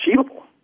achievable